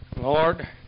Lord